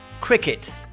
cricket